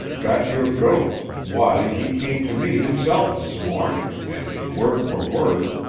got your goat, why, he came to me himself this morning, and, word for word,